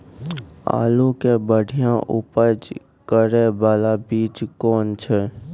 आलू के बढ़िया उपज करे बाला बीज कौन छ?